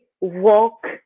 walk